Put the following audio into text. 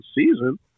season